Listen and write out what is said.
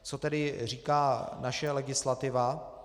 Co tedy říká naše legislativa?